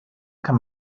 kann